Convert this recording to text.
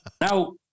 Now